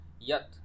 Yat